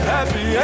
Happy